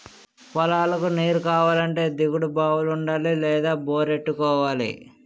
పొలాలకు నీరుకావాలంటే దిగుడు బావులుండాలి లేదా బోరెట్టుకోవాలి